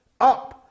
up